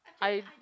I